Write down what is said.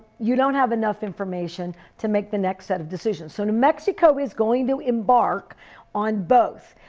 you don't have enough information to make the next set of decisions. so new mexico is going to embark on both.